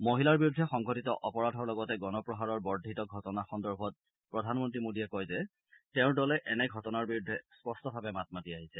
মহিলাৰ বিৰুদ্ধে সংঘটিত অপৰাধৰ লগতে গণপ্ৰহাৰৰ বৰ্ধিত ঘটনা সন্দৰ্ভত প্ৰধানমন্ত্ৰী মোডীয়ে কয় যে তেওঁৰ দলে এনে ঘটনাৰ বিৰুদ্ধে স্পষ্টভাৱে মাত মাতি আহিছে